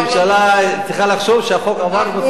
הממשלה צריכה לחשוב שהחוק עבר בצורה